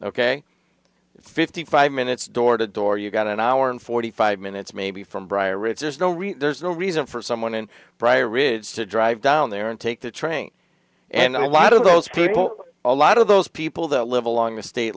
ok fifty five minutes door to door you got an hour and forty five minutes maybe from briar it's there's no reason there's no reason for someone in briar ridge to drive down there and take the train and a lot of those people a lot of those people that live along the state